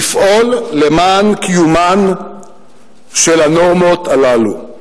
לפעול למען קיומן של הנורמות הללו.